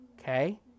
okay